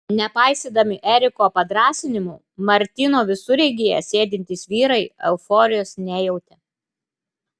nepaisydami eriko padrąsinimų martino visureigyje sėdintys vyrai euforijos nejautė